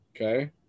Okay